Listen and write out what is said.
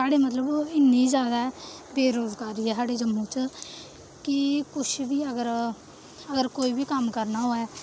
साढ़े मतलब इ'न्नी जैदा बेरोजगारी ऐ साढ़े जम्मू च कि कुछ बी अगर अगर कोई बी कम्म करना होऐ